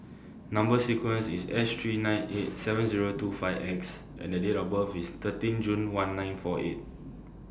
Number sequence IS H three nine eight seven Zero two five X and Date of birth IS thirteen June one nine four eight